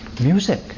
Music